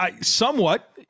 Somewhat